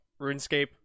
RuneScape